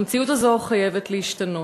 המציאות הזאת חייבת להשתנות.